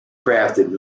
crafted